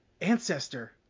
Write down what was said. ancestor